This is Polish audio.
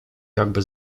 jakby